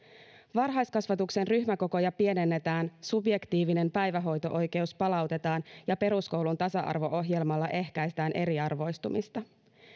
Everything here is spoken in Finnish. varhaiskasvatuksen ryhmäkokoja pienennetään subjektiivinen päivähoito oikeus palautetaan ja peruskoulun tasa arvo ohjelmalla ehkäistään eriarvoistumista